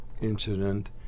incident